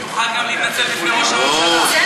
תוכל גם להתנצל בפני ראש הממשלה.